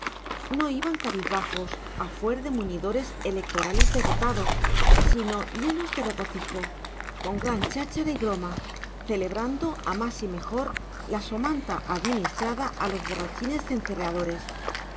no iban cabizbajos a fuer de muñidores electorales derrotados sino llenos de regocijo con gran cháchara y broma celebrando a más y mejor la somanta administrada a los borrachines